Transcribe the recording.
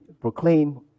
proclaim